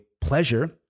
pleasure